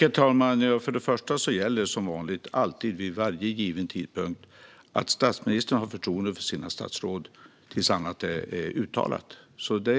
Herr talman! Först och främst gäller vid varje given tidpunkt att statsministern har förtroende för sina statsråd tills annat är uttalat. Det